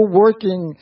working